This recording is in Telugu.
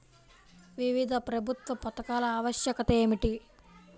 వివిధ ప్రభుత్వా పథకాల ఆవశ్యకత ఏమిటి?